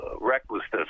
Recklessness